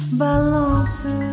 balance